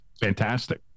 fantastic